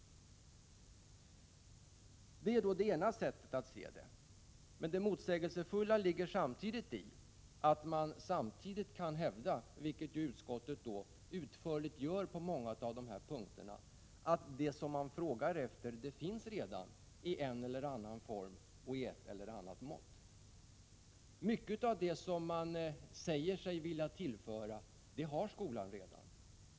Det är det ena sättet att se det hela. Det motsägelsefulla ligger i att man samtidigt kan hävda, vilket utskottet utförligt gjort på många av dessa punkter, att det som efterfrågas redan finns i en eller annan form, i ett eller annat mått. Mycket av det som man säger sig vilja tillföra finns redan i skolan.